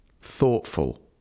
thoughtful